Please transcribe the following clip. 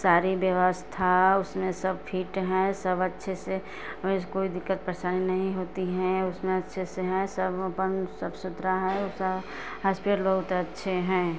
सारी व्यवस्था उसमें सब फीट हैं सब अच्छे से हमें कोई दिक्कत परेशानी नहीं होती है उसमें अच्छे से हैं सब अपन साफ सुथरा है हॉस्पिटल बहुत अच्छे हैं